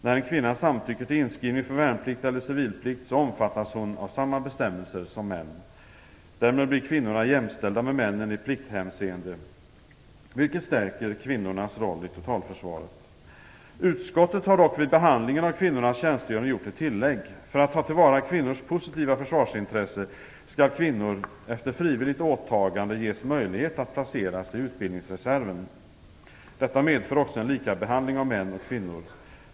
När en kvinna samtycker till inskrivning för värnplikt eller civilplikt omfattas hon av samma bestämmelser som män. Därmed blir kvinnorna jämställda med männen i plikthänseende, vilket stärker kvinnnornas roll i totalförsvaret. Utskottet har dock vid behandlingen av frågan om kvinnors tjänstgöring gjort ett tillägg. För att ta till vara kvinnors positiva försvarsintresse skall kvinnor, efter frivilligt åtagande, ges möjlighet att placeras i utbildningsreserven. Detta medför också en likabehandling av män och kvinnor.